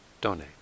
donate